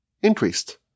increased